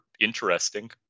interesting